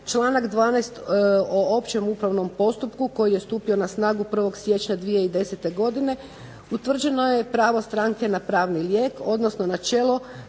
Članak 12. o općem upravnom postupku koji je stupio na snagu 1. siječnja 2010. godine utvrđeno je pravo stranke na pravni lijek, odnosno načelo